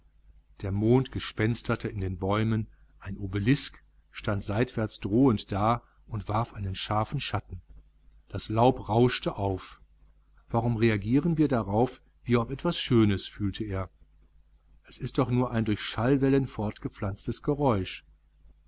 der mond gespensterte in den bäumen ein obelisk stand seitwärts drohend da und warf einen scharfen schatten das laub rauschte auf warum reagieren wir darauf wie auf etwas schönes fühlte er es ist doch nur ein durch schallwellen fortgepflanztes geräusch